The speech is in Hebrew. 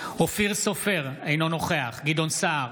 אופיר סופר, אינו נוכח גדעון סער,